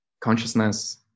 consciousness